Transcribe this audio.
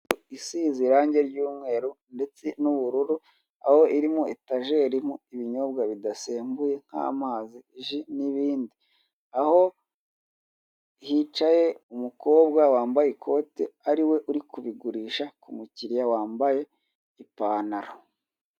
Isize irange ry'umweru ndetse n'ubururu aho irimo ibinyobwa bidasembuye nk'amazi, ji, n'ibindi aho hicaye umukobwa wambaye ikote aho ari we uri kubigurisha ku mukiriya wambaye ipantalo.